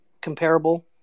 comparable